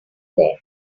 there